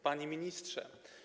Panie Ministrze!